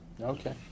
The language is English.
Okay